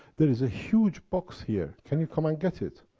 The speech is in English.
there is a huge box here, can you come and get it?